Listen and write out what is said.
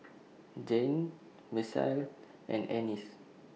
Jeane Misael and Ennis